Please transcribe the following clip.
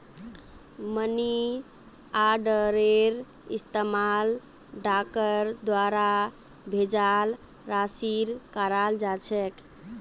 money आर्डरेर इस्तमाल डाकर द्वारा भेजाल राशिर कराल जा छेक